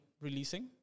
releasing